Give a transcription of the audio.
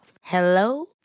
Hello